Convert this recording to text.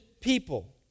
people